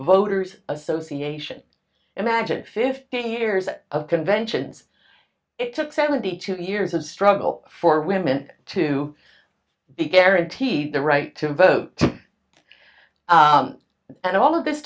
voters association imagine fifty years of conventions it took seventy two years of struggle for women to be guaranteed the right to vote and all of this